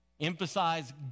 Emphasize